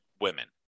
women